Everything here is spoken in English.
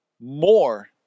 more